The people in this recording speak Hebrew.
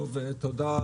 תודה,